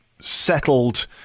settled